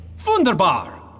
Funderbar